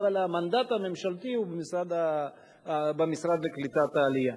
אבל המנדט הממשלתי הוא במשרד לקליטת העלייה.